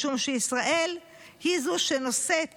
משום שישראל היא זו שנושאת